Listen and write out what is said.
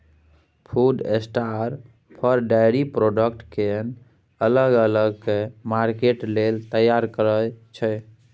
food शार्टर फर, dairy product केँ अलग अलग कए मार्केट लेल तैयार करय छै